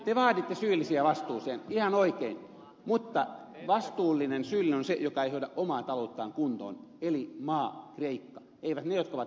te vaaditte syyllisiä vastuuseen ihan oikein mutta vastuullinen syyllinen on se joka ei hoida omaa talouttaan kuntoon eli maa kreikka eivät ne jotka ovat lainottaneet